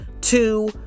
two